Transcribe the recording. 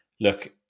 Look